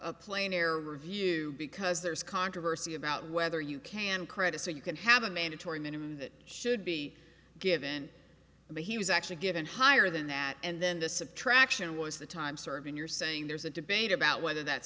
a plane air review because there's controversy about whether you can credit so you can have a mandatory minimum that should be given and he was actually given higher than that and then the subtraction was the time served and you're saying there's a debate about whether that